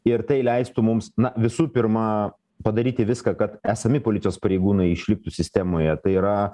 ir tai leistų mums na visų pirma padaryti viską kad esami policijos pareigūnai išliktų sistemoje tai yra